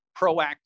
proactive